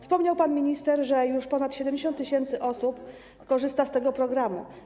Wspomniał pan minister, że już ponad 70 tys. osób korzysta z tego programu.